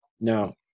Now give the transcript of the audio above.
Now